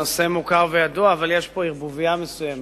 הנושא מוכר וידוע, אבל יש פה ערבוביה מסוימת,